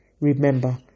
Remember